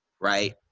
right